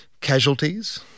casualties